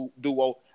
duo